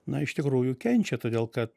na iš tikrųjų kenčia todėl kad